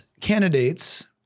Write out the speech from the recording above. candidates